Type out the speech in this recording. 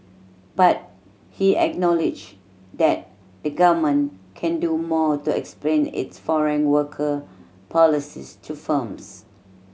but he acknowledged that the Government can do more to explain its foreign worker policies to firms